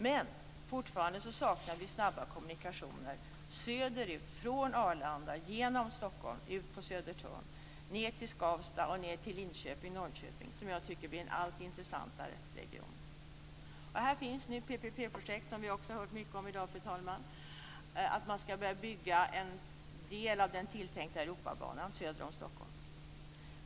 Men fortfarande saknar vi snabba kommunikationer söderut, från Arlanda genom Stockholm ut på Södertörn, ned till Skavsta och till Linköping och Norrköping. Det tycker jag blir en allt intressantare region. I det här sammanhanget finns det PPP projekt, som vi har hört mycket om i dag, fru talman. Det handlar om att man ska börja bygga en del av den tilltänkta Europabanan söder om Stockholm.